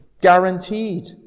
guaranteed